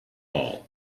all